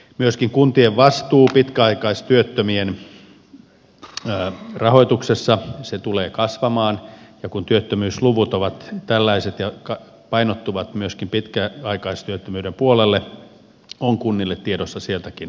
myöskin kuntien vastuu pitkäaikaistyöttömien rahoituksessa tulee kasvamaan ja kun työttömyysluvut ovat tällaiset ja painottuvat myöskin pitkäaikaistyöttömyyden puolelle on kunnille tiedossa sieltäkin laskua